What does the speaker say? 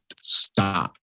stop